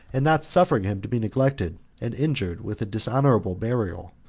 and not suffering him to be neglected and injured with a dishonorable burial,